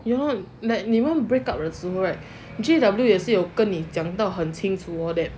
you know like 你们 break up 的时候 right J_W 也是有跟你讲得很清楚的 all that